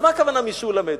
אז מה הכוונה מי שהוא למד?